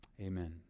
Amen